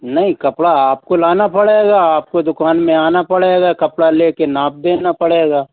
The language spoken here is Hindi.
नहीं कपड़ा आपको लाना पड़ेगा आपको दुकान में आना पड़ेगा कपड़ा लेकर नापा देना पड़ेगा